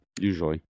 Usually